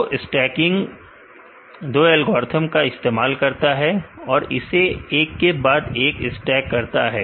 तो स्टैकिंग दो एल्गोरिथ्म का इस्तेमाल करता है और इसे एक के बाद एक स्टैक करता है